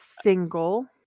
single